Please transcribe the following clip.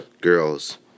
girls